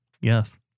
Yes